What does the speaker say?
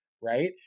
right